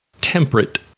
temperate